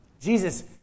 Jesus